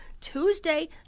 Tuesday